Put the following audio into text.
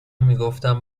میگفتم